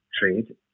trade